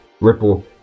ripple